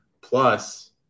Plus